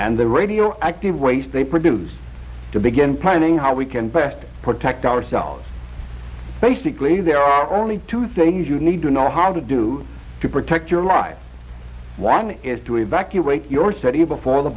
and the radioactive waste they produce to begin planning how we can best protect ourselves basically there are only two things you need to know how to do to protect your life one is to evacuate your study before the